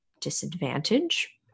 disadvantage